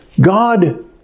God